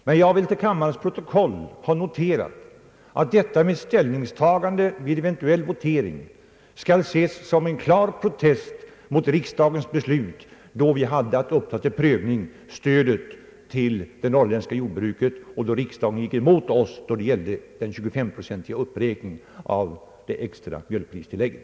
Men jag vill till kammarens protokoll få noterat att detta mitt ställningstagande vid en eventuell votering skall ses som en klar protest mot riksdagens beslut då vi hade att pröva stödet åt det norrländska jordbruket. Riksdagen gick då emot oss i fråga om den 25-procentiga uppräkningen av det extra mjölkpristillägget.